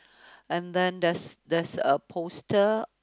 and then there's there's a poster